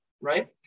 right